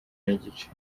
n’igice